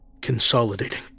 consolidating